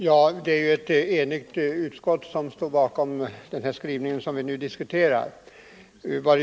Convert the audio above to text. Herr talman! Ett enigt utskott står bakom den skrivning som vi nu diskuterar.